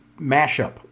mashup